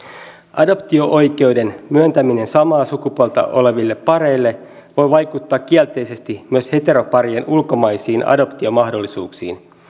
adoptio oikeuden myöntäminen samaa sukupuolta oleville pareille voi vaikuttaa kielteisesti myös heteroparien ulkomaisiin adoptiomahdollisuuksiin